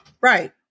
Right